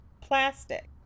plastic